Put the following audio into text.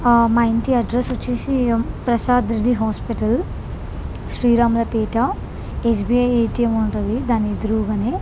మా ఇంటి అడ్రస్ వచ్చి Prasad Reddy hospital Sriramula Peta SBI ATM ఉంటుంది దాని ఎదురుగా